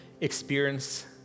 experience